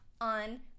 on